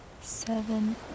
seven